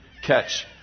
Catch